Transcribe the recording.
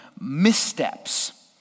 missteps